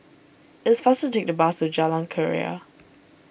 it's faster to take the bus to Jalan Keria